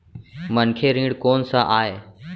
मनखे ऋण कोन स आय?